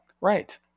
right